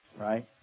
Right